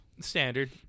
standard